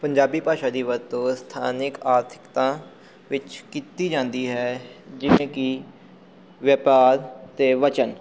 ਪੰਜਾਬੀ ਭਾਸ਼ਾ ਦੀ ਵਰਤੋਂ ਸਥਾਨਿਕ ਆਰਥਿਕਤਾ ਵਿੱਚ ਕੀਤੀ ਜਾਂਦੀ ਹੈ ਜਿਵੇਂ ਕਿ ਵਪਾਰ ਅਤੇ ਵਚਨ